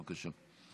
בבקשה.